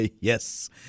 yes